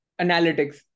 analytics